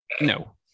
no